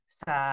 sa